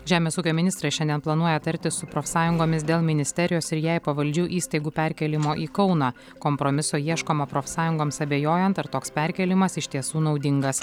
žemės ūkio ministrė šiandien planuoja tartis su profsąjungomis dėl ministerijos ir jai pavaldžių įstaigų perkėlimo į kauną kompromiso ieškoma profsąjungoms abejojant ar toks perkėlimas iš tiesų naudingas